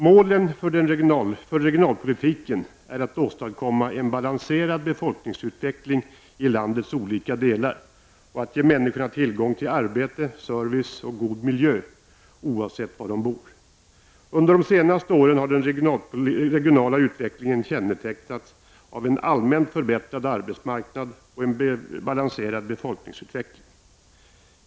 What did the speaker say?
Målen för regionalpolitiken är att åstadkomma en balanserad befolkningsutveckling i landets olika delar och att ge människor tillgång till arbete, service och god miljö oavsett var de bor. Under de senaste åren har den regionala utvecklingen kännetecknats av en allmänt förbättrad arbetsmarknad och en balanserad befolkningsutveckling.